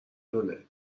دونه